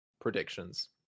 predictions